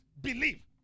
believe